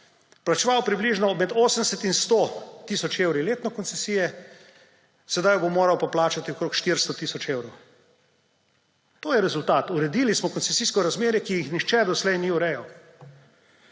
plačeval približno med 80 in 100 tisoč evrov letno koncesije, zdaj jo bo moral pa plačati okrog 400 tisoč evrov. To je rezultat, uredili smo koncesijsko razmerje, ki ga nihče do tedaj ni urejal.